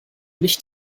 nicht